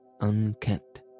unkept